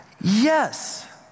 Yes